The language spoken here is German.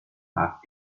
hart